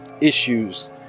issues